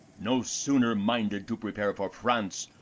no sooner minded to prepare for france,